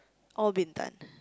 all Bintan